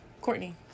Courtney